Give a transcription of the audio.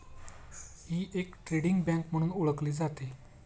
ही एक trading bank म्हणून ओळखली जाते